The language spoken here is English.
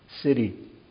city